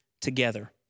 together